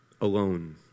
alone